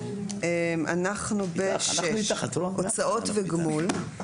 אנחנו ב-6 הוצאות וגמול.